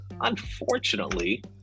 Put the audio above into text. Unfortunately